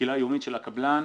ושקילה יומית של הקבלן,